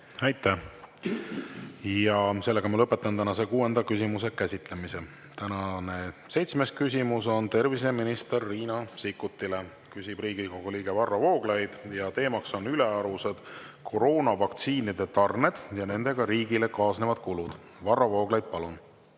Aitäh! Lõpetan tänase kuuenda küsimuse käsitlemise. Tänane seitsmes küsimus on terviseminister Riina Sikkutile. Küsib Riigikogu liige Varro Vooglaid ja teemaks on ülearused koroonavaktsiinide tarned ja nendega riigile kaasnevad kulud. Varro Vooglaid, palun!